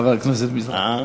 חבר הכנסת מזרחי.